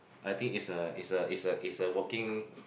I think is a is a is a is a working